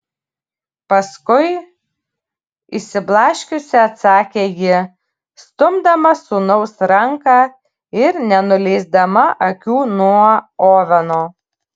paskui išsiblaškiusi atsakė ji stumdama sūnaus ranką ir nenuleisdama akių nuo oveno